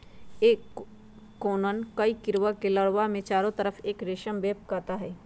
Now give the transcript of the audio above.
एक कोकून कई कीडड़ा के लार्वा के चारो तरफ़ एक रेशम वेब काता हई